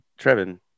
trevin